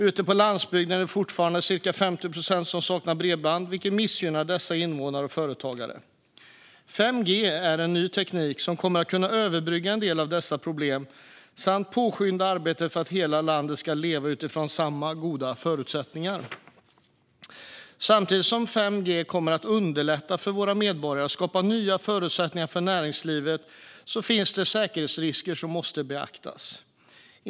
Ute på landsbygden är det fortfarande ca 50 procent som saknar bredband, vilket missgynnar dessa invånare och företagare. 5G är en ny teknik som kommer att kunna överbygga en del av dessa problem samt påskynda arbetet för att hela landet ska leva utifrån samma goda förutsättningar. Samtidigt som 5G kommer att underlätta för våra medborgare och skapa nya förutsättningar för näringslivet finns det säkerhetsrisker som måste beaktas.